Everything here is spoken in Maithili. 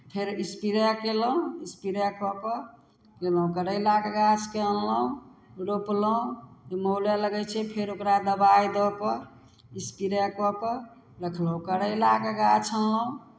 फेर इसपरे कयलहुँ इसपरे कऽ कऽ गेलहुँ करैलाके गाछके अनलहुँ रोपलहुँ मौलाए लगै छै फेर ओकरा दबाइ दऽ कऽ इसपरे कऽ कऽ रखलहुँ करैलाके गाछ अनलहुँ